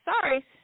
Sorry